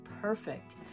perfect